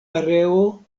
areo